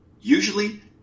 Usually